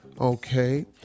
Okay